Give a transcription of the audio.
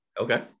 Okay